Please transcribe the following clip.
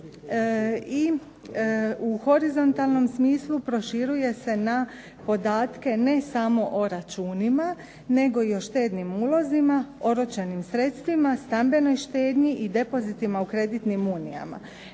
I u horizontalnom smislu proširuje se na podatke ne samo o računima nego i o štednim ulozima, oročenim sredstvima, stambenoj štednji i depozitima u kreditnim unijama.